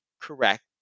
correct